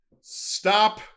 Stop